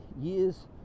years